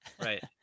right